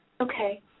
Okay